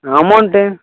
amount